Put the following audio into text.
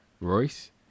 Royce